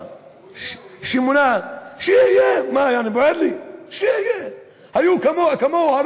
כאמור, כמו שיש